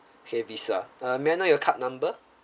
okay Visa uh may I know your card number